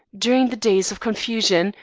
during the days of confusion,